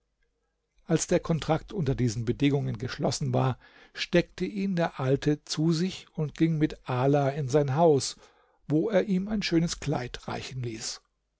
als der kontrakt unter diesen bedingungen geschlossen war steckte ihn der alte zu sich und ging mit ala in sein haus wo er ihm ein schönes kleid reichen ließ